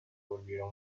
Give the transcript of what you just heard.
volvieron